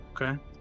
Okay